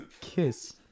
kiss